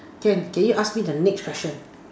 can can you ask me the next question